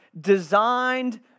designed